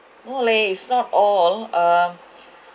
no leh it's not all um